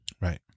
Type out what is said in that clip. Right